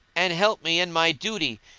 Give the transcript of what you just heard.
and help me in my duty,